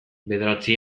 bederatzi